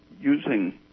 using